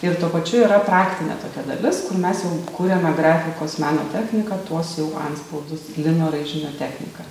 ir tuo pačiu yra praktinė tokia dalis kur mes jau kuriame grafikos meno technika tuos jau antspaudus lino raižinio technika